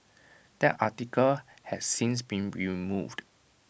that article has since been removed